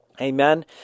Amen